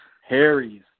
Harry's